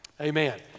amen